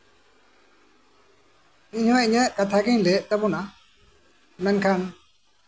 ᱤᱧᱦᱚᱸ ᱤᱧᱟᱹᱜ ᱠᱟᱛᱷᱟ ᱜᱤᱧ ᱞᱟᱹᱭᱮᱫ ᱛᱟᱵᱳᱱᱟ ᱢᱮᱱᱠᱷᱟᱱ